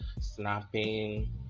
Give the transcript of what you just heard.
snapping